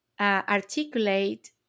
Articulate